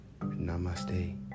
Namaste